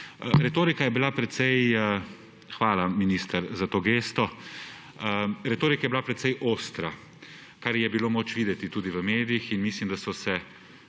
to gesto – precej ostra, kar je bilo moč videti tudi v medijih, in mislim, da so se